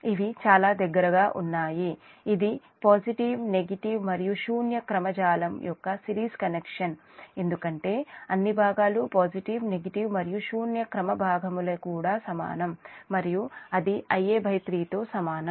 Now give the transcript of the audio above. ఇవి చాలా దగ్గరగా ఉన్నాయి ఇది పాజిటివ్ నెగిటివ్ మరియు శూన్య క్రమ జాలం positive negative and zero sequence network యొక్క సిరీస్ కనెక్షన్ ఎందుకంటే అన్ని భాగాలు పాజిటివ్ నెగిటివ్ మరియు శూన్య క్రమ భాగముల కూడా సమానం మరియు అది Ia3 తో సమానం